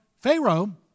Pharaoh